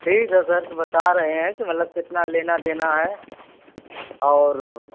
ठीक है सर तो बता रहे हैं कि मतलब कितना लेना देना है और